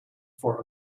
four